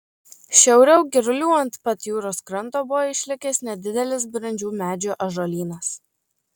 šiauriau girulių ant pat jūros kranto buvo išlikęs nedidelis brandžių medžių ąžuolynas